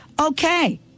okay